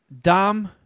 Dom